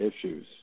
issues